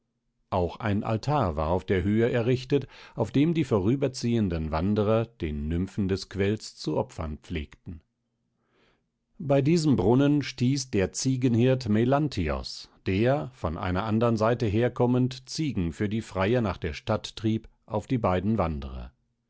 auch ein altar war auf der höhe errichtet auf dem die vorüberziehenden wanderer den nymphen des quells zu opfern pflegten bei diesem brunnen stieß der ziegenhirt melanthios der von einer andern seite herkommend ziegen für die freier nach der stadt trieb auf die beiden wanderer